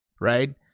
right